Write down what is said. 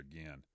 again